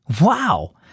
Wow